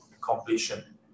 completion